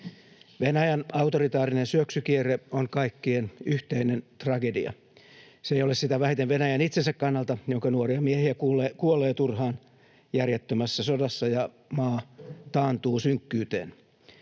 Venäjän autoritaarinen syöksykierre on kaikkien yhteinen tragedia. Se ei ole sitä vähiten Venäjän itsensä kannalta, jonka nuoria miehiä kuolee turhaan järjettömässä sodassa, ja maa taantuu synkkyyteen.